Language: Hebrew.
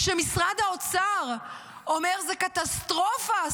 כשמשרד האוצר אומר: זו קטסטרופה,